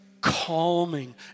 calming